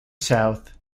south